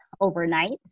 overnight